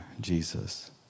Jesus